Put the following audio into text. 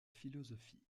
philosophie